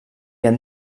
han